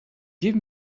give